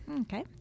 Okay